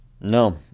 No